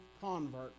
convert